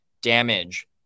damage